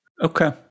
Okay